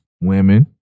Women